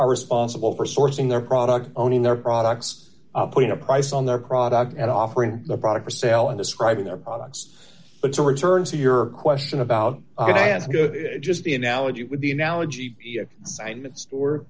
are responsible for sourcing their product owning their products putting a price on their product and offering the product for sale and describing their products but to return to your question about just the analogy would be analogy s